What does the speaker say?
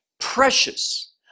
precious